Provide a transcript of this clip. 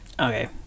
okay